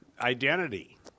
identity